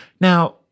now